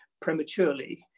Prematurely